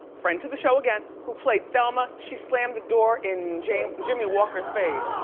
friend to the show again, who played thelma, she slammed the door in jimmie jimmie walker's face.